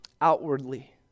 outwardly